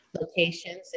locations